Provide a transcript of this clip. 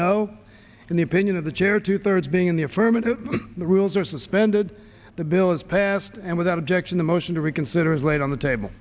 no in the opinion of the chair two thirds being in the affirmative the rules are suspended the bill is passed and without objection the motion to reconsider is laid on the table